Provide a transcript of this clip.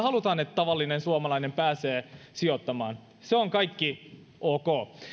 haluamme että tavallinen suomalainen pääsee sijoittamaan se kaikki on ok